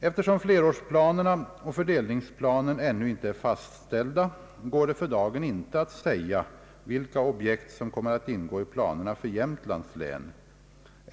Eftersom flerårsplanerna och fördelningsplanen ännu inte är fastställda, går det för dagen inte att säga vilka objekt som kommer att ingå i planerna för Jämtlands län.